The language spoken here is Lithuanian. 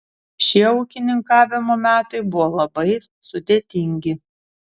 šie ūkininkavimo metai buvo labai sudėtingi